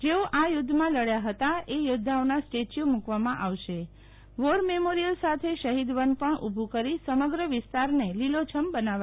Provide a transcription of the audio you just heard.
જેઓ આ યુદ્ધમાં લડથા હતા એ યોદ્ધાઓના સ્ટેચ્યુ મૂકવામાં આવશે વોર મેમોરીઅલ સાથે શહીદ વન પણ ઊભું કરી સમગ્ર વિસ્તારને લીલોછમ બનાવાશે